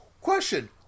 question